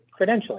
credentialing